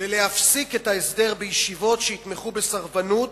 ולהפסיק את ההסדר בישיבות שיתמכו בסרבנות